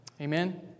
Amen